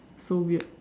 so weird